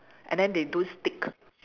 and then they don't stick